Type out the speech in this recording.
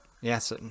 yes